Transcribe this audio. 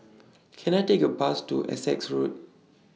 Can I Take A Bus to Essex Road